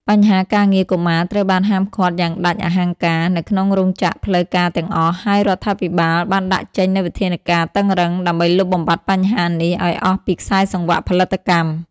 បញ្ហាការងារកុមារត្រូវបានហាមឃាត់យ៉ាងដាច់អហង្ការនៅក្នុងរោងចក្រផ្លូវការទាំងអស់ ហើយរដ្ឋាភិបាលបានដាក់ចេញនូវវិធានការតឹងរ៉ឹងដើម្បីលុបបំបាត់បញ្ហានេះឱ្យអស់ពីខ្សែសង្វាក់ផលិតកម្ម។